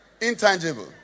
intangible